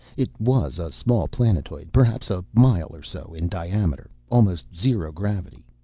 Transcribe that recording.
it was a small planetoid, perhaps a mile or so in diameter. almost zero gravity.